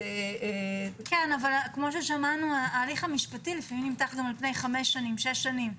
אבל ההליך המשפטי לפעמים נמתח חמש, שש שנים.